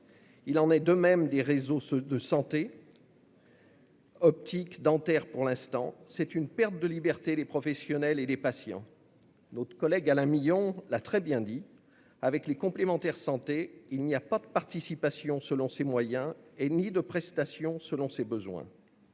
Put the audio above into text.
Il en est de même des réseaux de santé, comme les secteurs de l'optique et dentaire pour l'instant. C'est une perte de liberté des professionnels et des patients. Notre collègue Alain Milon l'a très bien expliqué : avec les complémentaires santé n'existent ni de participation selon ses moyens ni de prestations selon ses besoins.